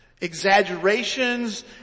exaggerations